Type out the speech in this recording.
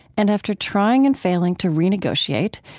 and after trying and failing to renegotiate,